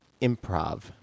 improv